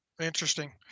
Interesting